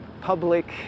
public